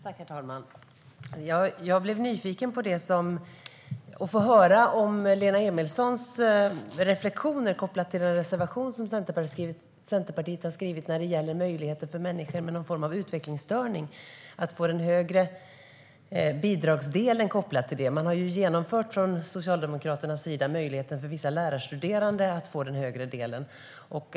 Herr talman! Jag blev nyfiken på att höra Lena Emilssons reflektioner på den reservation som Centerpartiet har skrivit om möjligheter för människor med någon form av utvecklingsstörning att få den högre bidragsdelen. Socialdemokraterna har ju genomfört möjligheten för vissa lärarstuderande att få den högre delen.